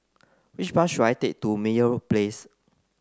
which bus should I take to Meyer Place